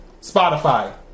Spotify